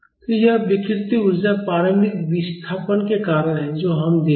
तो यह विकृति ऊर्जा प्रारंभिक विस्थापन के कारण है जो हम देते हैं